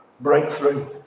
breakthrough